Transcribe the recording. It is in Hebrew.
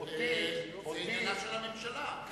זה עניינה של הממשלה.